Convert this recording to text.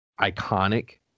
iconic